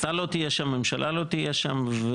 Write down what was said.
אתה לא תהיה שם, הממשלה לא תהיה שם.